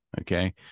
Okay